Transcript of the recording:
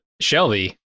Shelby